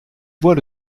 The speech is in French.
vois